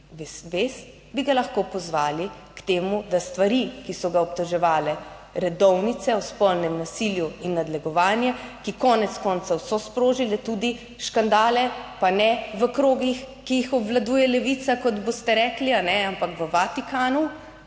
vest, bi ga lahko pozvali k temu, da stvari, ki so ga obtoževale redovnice, o spolnem nasilju in nadlegovanje, ki konec koncev so sprožile tudi škandale, pa ne v krogih, ki jih obvladuje Levica, kot boste rekli, ampak v Vatikanu,